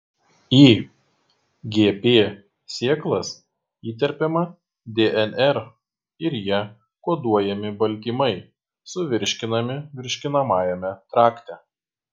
į gp sėklas įterpiama dnr ir ja koduojami baltymai suvirškinami virškinamajame trakte